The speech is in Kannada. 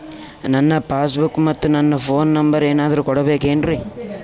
ನನ್ನ ಪಾಸ್ ಬುಕ್ ಮತ್ ನನ್ನ ಫೋನ್ ನಂಬರ್ ಏನಾದ್ರು ಕೊಡಬೇಕೆನ್ರಿ?